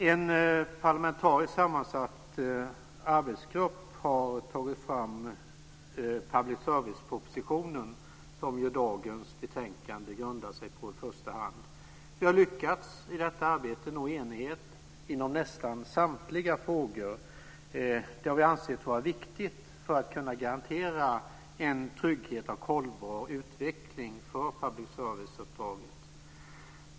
En parlamentariskt sammansatt arbetsgrupp har tagit fram public service-propositionen, som dagens betänkande i första hand grundar sig på. Vi har i detta arbete lyckats nå enighet inom nästan samtliga frågor. Det har vi ansett vara viktigt för att kunna garantera en trygg och hållbar utveckling för public serviceuppdraget.